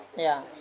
ya